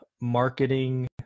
marketing